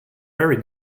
very